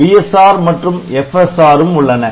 BSR மற்றும் FSR ம் உள்ளன